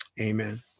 Amen